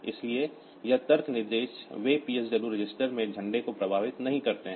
इसलिए यह तर्क निर्देश वे PSW रजिस्टर में झंडे को प्रभावित नहीं करते हैं